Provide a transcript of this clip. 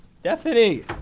Stephanie